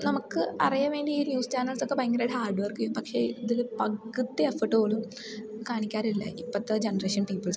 നമുക്ക് അറിയാം വേണ്ടി ഈ ന്യൂസ് ചാനൽസൊക്കെ ഭയങ്കരമായിട്ട് ഹാർഡ് വർക്ക് ചെയ്യും പക്ഷേ ഇതിൽ പകുതി എഫേർട്ട് പോലും കാണിക്കാറില്ല ഇപ്പോഴത്തെ ജനറേഷൻ പീപ്പിൾസൊക്കെ